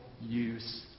use